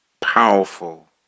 powerful